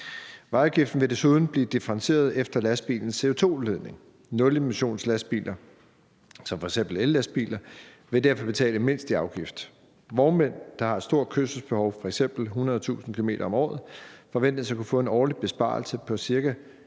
Vejafgiften vil desuden blive differentieret efter lastbilens CO2-udledning. Nulemissionslastbiler som f.eks. ellastbiler vil derfor betale mindst i afgift. Vognmænd, der har et stort kørselsbehov, f.eks. 100.000 km om året, forventes at kunne få en årlig besparelse på op